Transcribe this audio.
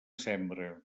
sembra